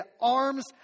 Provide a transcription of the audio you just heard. arms